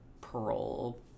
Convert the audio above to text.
parole